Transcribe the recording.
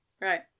right